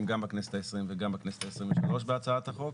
גם בכנסת ה-20 וגם בכנסת ה-23 בהצעת החוק